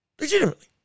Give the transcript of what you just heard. Legitimately